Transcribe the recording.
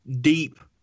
deep